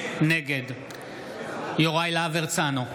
נגד יוראי להב הרצנו,